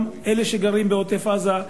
גם אלה שגרים בעוטף-עזה,